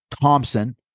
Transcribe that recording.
Thompson